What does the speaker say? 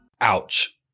ouch